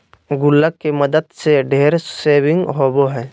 गुल्लक के मदद से ढेर सेविंग होबो हइ